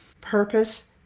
purpose